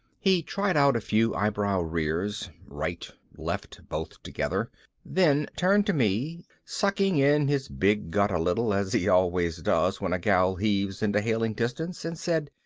he tried out a few eyebrow rears right, left, both together then turned to me, sucking in his big gut a little, as he always does when a gal heaves into hailing distance, and said,